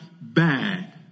bad